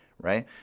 right